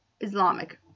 Islamic